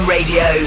Radio